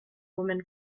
woman